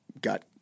got